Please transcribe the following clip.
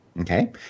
Okay